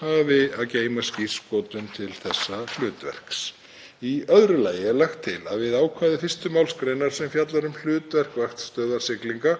hafi að geyma skírskotun til þessa hlutverks. Í öðru lagi er lagt til að við ákvæði 1. mgr., sem fjallar um hlutverk vaktstöðvar siglinga,